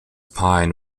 pine